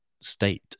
state